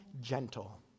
gentle